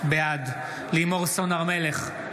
בעד לימור סון הר מלך,